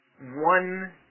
one